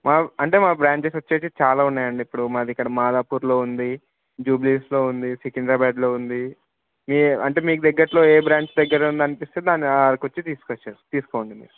అంటే మా బ్రాంచెస్ వచ్చేసి చాలా ఉన్నాయండి ఇప్పుడు మాది ఇక్కడ మాదాపూర్లో ఉంది జూబ్లీహిల్స్లో ఉంది సికింద్రాబాద్లో ఉంది మీ అంటే మీకు దగ్గరలో ఏ బ్రాంచ్ దగ్గర ఉంది అనిపిస్తే దాన్ని వచ్చి కొచ్చి తీసుకొచ్చే తీసుకోండి మీరు